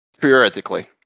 theoretically